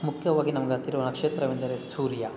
ಮುಖ್ಯವಾಗಿ ನಮ್ಗೆ ಹತ್ತಿರವ ನಕ್ಷತ್ರವೆಂದರೆ ಸೂರ್ಯ